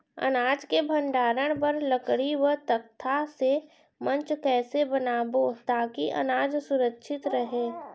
अनाज के भण्डारण बर लकड़ी व तख्ता से मंच कैसे बनाबो ताकि अनाज सुरक्षित रहे?